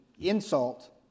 insult